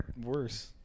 worse